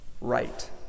Right